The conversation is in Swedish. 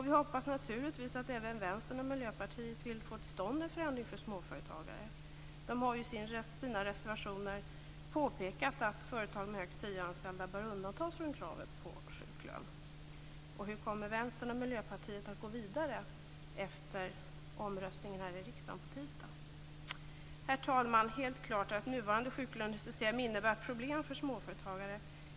Vi hoppas naturligtvis att även Vänstern och Miljöpartiet vill få till stånd en förändring för småföretagare. De har ju i sina reservationer påpekat att företag med högst tio anställda bör undantas från kravet på sjuklön. Hur kommer Vänstern och Miljöpartiet att gå vidare efter omröstningen här i riksdagen på tisdag? Herr talman! Helt klart är att nuvarande sjuklönesystem innebär problem för småföretagare.